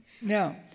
Now